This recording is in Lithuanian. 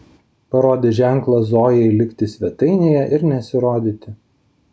parodė ženklą zojai likti svetainėje ir nesirodyti